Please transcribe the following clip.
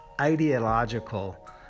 ideological